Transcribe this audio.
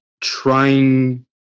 trying